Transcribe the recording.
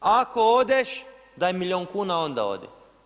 Ako odeš, daj milijun kuna, onda odi.